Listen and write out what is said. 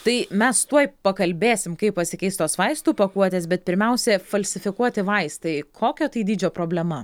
tai mes tuoj pakalbėsim kaip pasikeis tos vaistų pakuotės bet pirmiausia falsifikuoti vaistai kokio tai dydžio problema